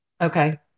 Okay